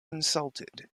insulted